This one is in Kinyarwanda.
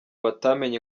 batamenye